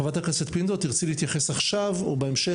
חברת הכנסת פינטו, תרצי להתייחס עכשיו או בהמשך?